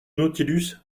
nautilus